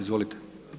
Izvolite.